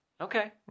Okay